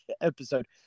episode